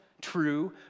true